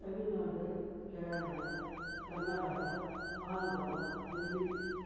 Tamil Nadu Kerala Karnataka Andhra Delhi